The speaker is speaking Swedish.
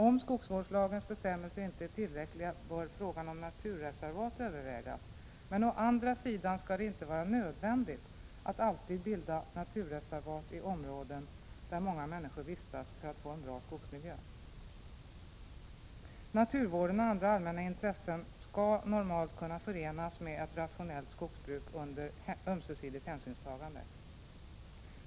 Om skogsvårdslagens bestämmelser inte är tillräckliga bör frågan om naturreservat övervägas, men å andra sidan skall det inte vara nödvändigt att alltid bilda naturreservat i områden där många människor vistas för att få en bra skogsmiljö där. Naturvården och andra allmänna intressen skall normalt kunna förenas med ett rationellt skogsbruk under ömsesidigt hänsynstagande.